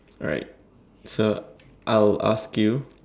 alright so I'll ask you